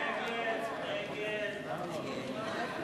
הצעת